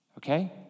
Okay